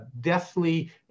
deathly